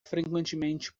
frequentemente